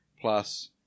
plus